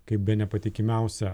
kaip bene patikimiausią